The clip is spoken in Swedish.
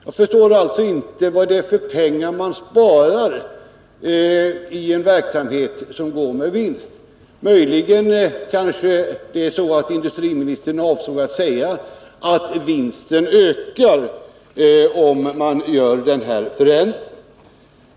Jag förstår alltså inte vad det är för pengar man sparar i en verksamhet som går med vinst. Möjligen är det så att industriministern avsåg att säga att vinsten ökar om man gör den här förändringen.